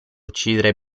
uccidere